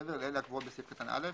מעבר לאלה הקבועות בסעיף קטן (א),